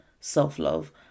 self-love